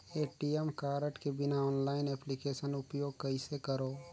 ATM card के बिना online application उपयोग कइसे करो?